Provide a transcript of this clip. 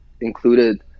included